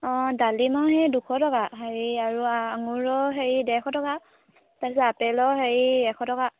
অঁ ডালিমৰ সেই দুশ টকা হেৰি আৰু আঙুৰো হেৰি ডেৰশ টকা তাৰপিছত আপেলৰ হেৰি এশ টকা